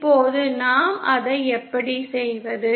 இப்போது நாம் அதை எப்படி செய்வது